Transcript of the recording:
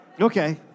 Okay